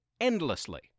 endlessly